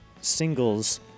singles